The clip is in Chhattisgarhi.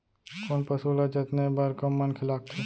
कोन पसु ल जतने बर कम मनखे लागथे?